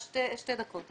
שתי דקות.